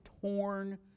torn